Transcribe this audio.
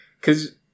cause